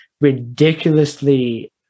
ridiculously